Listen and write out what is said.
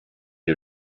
est